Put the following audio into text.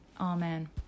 Amen